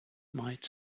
might